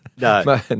No